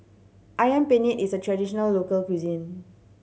Ayam Penyet is a traditional local cuisine